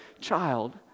child